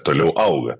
toliau auga